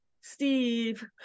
Steve